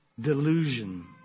delusion